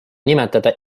nimetada